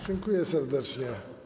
Dziękuję serdecznie.